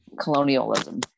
colonialism